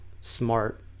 smart